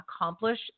accomplish